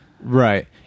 Right